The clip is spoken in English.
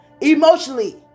emotionally